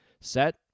Set